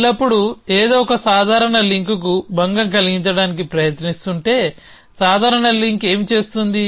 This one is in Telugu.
ఎల్లప్పుడూ ఏదో ఒక సాధారణ లింక్కు భంగం కలిగించడానికి ప్రయత్నిస్తుంటే సాధారణ లింక్ ఏమి చేస్తోంది